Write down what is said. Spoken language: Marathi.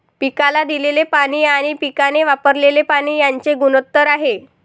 पिकाला दिलेले पाणी आणि पिकाने वापरलेले पाणी यांचे गुणोत्तर आहे